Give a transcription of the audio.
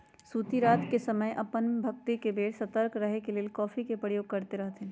सूफी रात के समय अप्पन भक्ति के बेर सतर्क रहे के लेल कॉफ़ी के प्रयोग करैत रहथिन्ह